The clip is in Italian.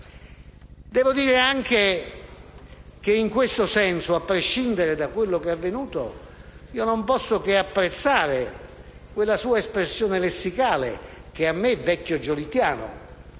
Devo anche dire che in questo senso, a prescindere da quanto è avvenuto, non posso che apprezzare la sua espressione lessicale che a me, vecchio giolittiano,